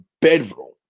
bedroom